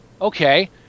okay